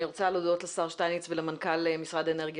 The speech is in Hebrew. אני רוצה להודות לשר שטייניץ ולמנכ"ל משרד האנרגיה